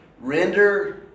render